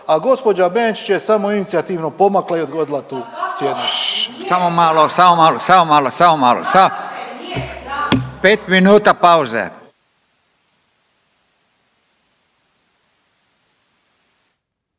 a gđa. Benčić je samoinicijativno pomakla i odgodila tu sjednicu.